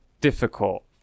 difficult